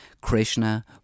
Krishna